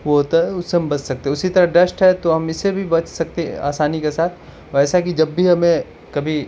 وہ ہوتا ہے اس سے ہم بچ سکتے ہیں اسی طرح ڈسٹ ہے تو ہم اس سے بھی بچ سکتے ہیں آسانی کے ساتھ جیساکہ جب بھی ہمیں کبھی